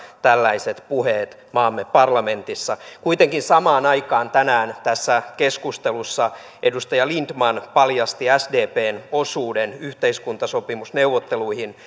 tällaiset puheet ovat erikoisia maamme parlamentissa kuitenkin samaan aikaan tänään tässä keskustelussa edustaja lindtman paljasti sdpn osuuden yhteiskuntasopimusneuvotteluihin